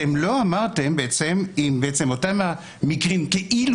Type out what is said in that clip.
אתם לא אמרתם אם אותם המקרים כאילו